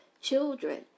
children